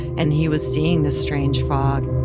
and he was seeing this strange fog